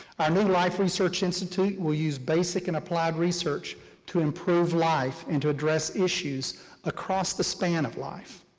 our new life research institute will use basic and applied research to improve life and to address issues across the span of life.